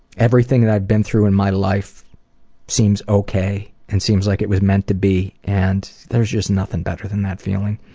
everything that i've been through in my life seems okay and seems like it was meant to be. and there's just nothing better than that feeling.